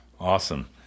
Awesome